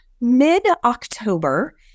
mid-October